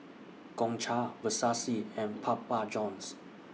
Gongcha Versace and Papa Johns